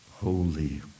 Holy